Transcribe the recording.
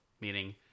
meaning